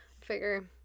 figure